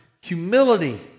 humility